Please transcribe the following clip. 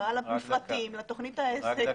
ההשוואה למפרטים ולתוכנית העסק.